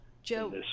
Joe